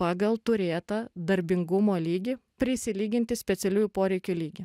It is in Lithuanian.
pagal turėtą darbingumo lygį prisilyginti specialiųjų poreikių lygį